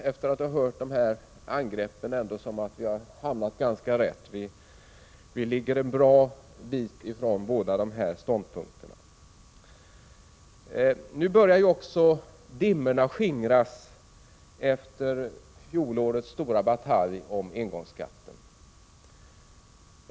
Efter att ha hört dessa angrepp känns det ändå som att vi har hamnat ganska rätt. Vi socialdemokrater står långt från båda dessa ståndpunkter. Nu börjar också dimmorna skingras efter fjolårets stora batalj om engångsskatten.